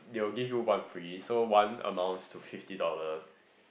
they will give you one free so one amounts to fifty dollar